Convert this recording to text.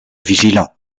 vigilant